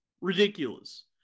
Ridiculous